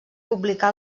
publicà